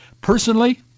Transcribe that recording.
Personally